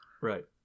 right